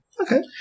Okay